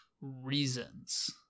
reasons